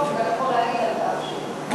כן.